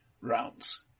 rounds